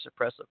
suppressive